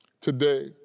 today